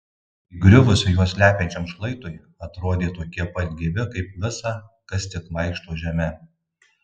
įgriuvus juos slepiančiam šlaitui atrodė tokie pat gyvi kaip visa kas tik vaikšto žeme